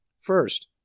First